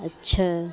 اچھا